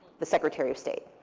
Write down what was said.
the secretary of state.